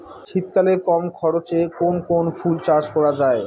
শীতকালে কম খরচে কোন কোন ফুল চাষ করা য়ায়?